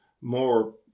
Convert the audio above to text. more